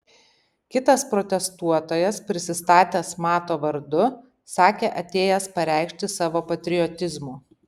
kitas protestuotojas prisistatęs mato vardu sakė atėjęs pareikšti savo patriotizmo